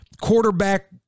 quarterback